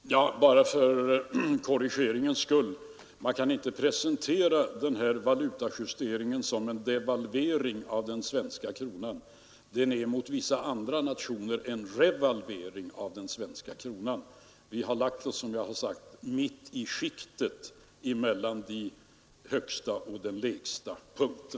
Fru talman! Bara för korrigeringens skull: Man kan inte presentera den här valutajusteringen som en devalvering av den svenska kronan. Den är mot vissa nationer en revalvering av den svenska kronan. Vi har lagt oss, som jag har sagt tidigare, i mitten av skiktet mellan den högsta och den lägsta punkten.